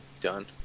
done